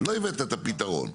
לא הבאת את הפתרון,